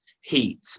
heat